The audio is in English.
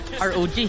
ROG